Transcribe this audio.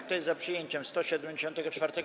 Kto jest za przyjęciem 174.